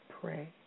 pray